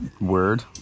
word